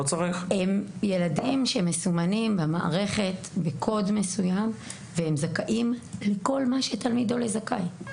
ילדים שמסומנים במערכת בקוד מסוים והם זכאים לכל מה שתלמיד עולה זכאי.